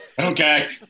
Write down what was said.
okay